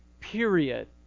period